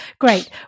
Great